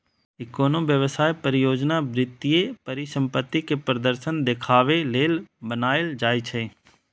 ई कोनो व्यवसाय, परियोजना, वित्तीय परिसंपत्ति के प्रदर्शन देखाबे लेल बनाएल जाइ छै